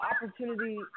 opportunity